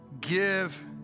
give